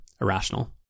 irrational